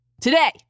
Today